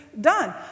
done